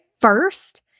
first